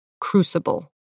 Crucible